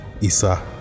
Isa